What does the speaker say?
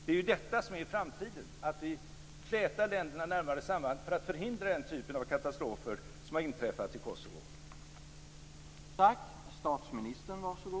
Det är detta som är framtiden, att vi flätar länderna närmare samman för att förhindra den typen av katastrofer som har inträffat i Kosovo.